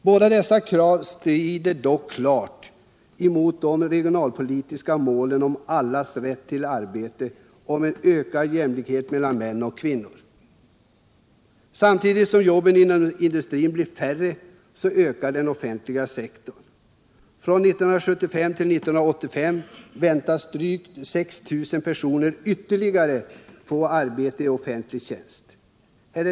Båda dessa krav strider dock klart mot de regionalpolitiska målen om allas rätt till arbete och en ökad jämlikhet mellan män och kvinnor. Samtidigt som jobben inom industrin blir färre ökar den offentliga sektorn. Från 1975 till 1985 väntas drygt 6 000 personer ytterligare få arbete i offentlig tjänst.